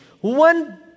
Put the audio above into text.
one